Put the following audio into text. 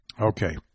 Okay